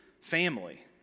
family